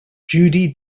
judy